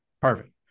Perfect